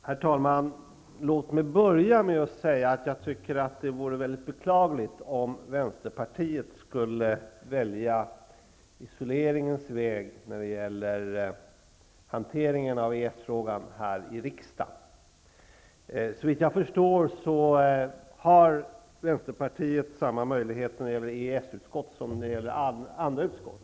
Herr talman! Jag vill börja med att säga att jag tycker att det vore mycket beklagligt om Vänsterpartiet skulle välja isoleringens väg när det gäller riksdagens hantering av EES-frågan. Såvitt jag förstår har Vänsterpartiet samma möjligheter när det gäller EES-utskottet som man har beträffande andra utskott.